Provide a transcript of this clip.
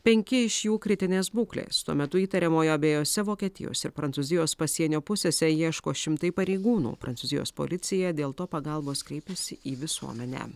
penki iš jų kritinės būklės tuo metu įtariamojo abiejose vokietijos ir prancūzijos pasienio pusėse ieško šimtai pareigūnų prancūzijos policija dėl to pagalbos kreipėsi į visuomenę